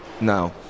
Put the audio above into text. Now